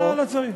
לא צריך.